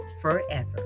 forever